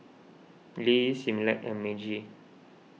Lee Similac and Meiji